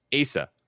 Asa